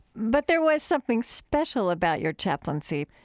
but there was something special about your chaplaincy,